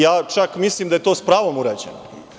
Ja čak mislim da je to s pravom urađeno.